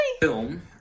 film